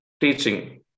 teaching